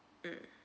mm